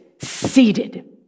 seated